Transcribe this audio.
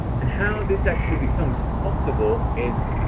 and how this actually becomes possible is